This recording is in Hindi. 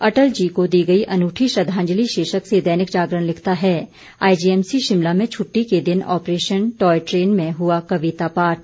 अटल जी को दी गई अनूठी श्रद्वांजलि शीर्षक से दैनिक जागरण लिखता है आईजीएमसी शिमला में छुट्टी के दिन ऑपरेशन टॉय ट्रेन में हुआ कविता पाठ